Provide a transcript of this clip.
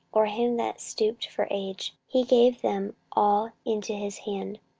or him that stooped for age he gave them all into his hand.